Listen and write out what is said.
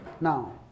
Now